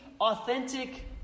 authentic